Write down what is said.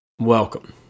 Welcome